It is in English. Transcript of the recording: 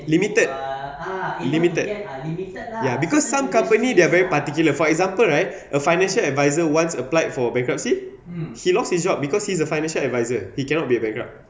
limited limited ya because some company they are very particular for example right a financial adviser once applied for bankruptcy he lost his job because he's a financial adviser he cannot be bankrupt